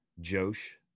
Josh